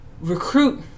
recruit